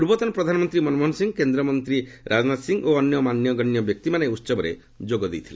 ପୂର୍ବତନ ପ୍ରଧାନମନ୍ତ୍ରୀ ମନମୋହନ ସିଂହ କେନ୍ଦ୍ରମନ୍ତ୍ରୀ ରାଜନାଥ ସିଂହ ଓ ଅନ୍ୟ ମାନ୍ୟଗଣ୍ୟ ବ୍ୟକ୍ତିମାନେ ଉହବରେ ଯୋଗ ଦେଇଥିଲେ